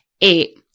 Eight